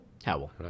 Howell